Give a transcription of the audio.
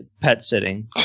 pet-sitting